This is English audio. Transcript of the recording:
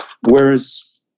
Whereas